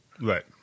Right